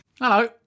Hello